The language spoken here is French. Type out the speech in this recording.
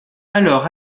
alors